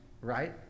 right